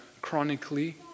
chronically